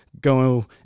go